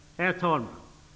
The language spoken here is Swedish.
Herr talman!